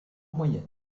moyenne